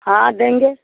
हाँ देंगे